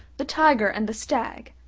the tiger and the stag,